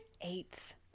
Eighth